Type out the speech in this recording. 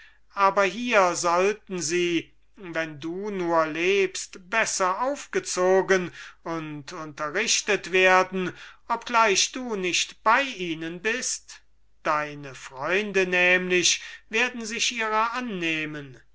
aber hier sollten sie wenn du nur lebst besser aufgezogen und unterrichtet werden obgleich du nicht bei ihnen bist deine freunde nämlich werden sich ihrer annehmen